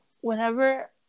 whenever